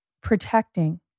protecting